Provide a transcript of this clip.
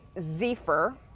Zephyr